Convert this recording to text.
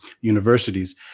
universities